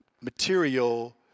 material